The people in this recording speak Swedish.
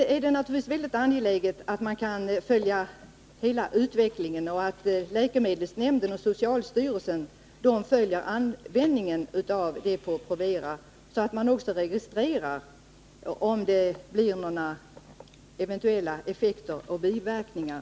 Det är naturligtvis angeläget att läkemedelsnämnden och socialstyrelsen Nr 12 följer användningen av Depo-Provera, så att man också registrerar om det Tisdagen den blir några eventuella effekter och biverkningar.